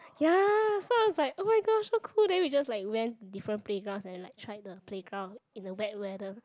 ya so I was like oh-my-gosh so cool then we just like went to different playground and like try the playground in a wet weather